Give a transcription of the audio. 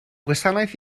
gwasanaeth